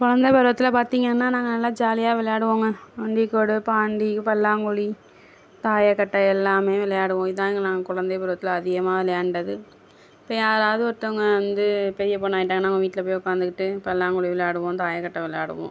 குழந்தை பருவத்தில் பார்த்தீங்கன்னா நாங்கள் நல்லா ஜாலியாக விளாடுவோங்க நொண்டிக்கோடு பாண்டி பல்லாங்குழி தாயக்கட்டை எல்லாம் விளையாடுவோம் இதான் நாங்கள் குழந்தை பருவத்தில் அதிகமாக விளையாண்டது இப்போ யாராவது ஒருத்தங்க வந்து பெரிய பொண்ணாக ஆகிட்டாங்ன்னா அவங்க வீட்டில் போய் உட்காந்துட்டு பல்லாங்குழி விளாடுவோம் தாயக்கட்டை விளாடுவோம்